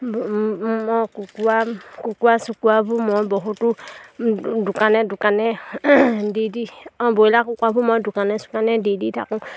মই কুকৰা কুকুৰা চুকোৱাবোৰ মই বহুতো দোকানে দোকানে দি দি অঁ ব্ৰইলাৰ কুকুৰাবোৰ মই দোকানে চুকানে দি দি থাকোঁ